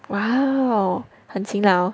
!wow! 很勤劳